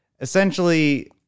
essentially